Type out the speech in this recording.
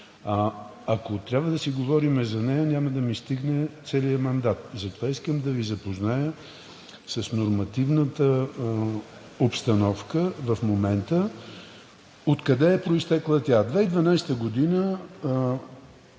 Ако трябва да си говорим за нея, няма да ми стигне целият мандат. Затова искам да Ви запозная с нормативната обстановка в момента и откъде е произтекла тя. През 2012